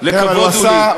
לכבוד הוא לי.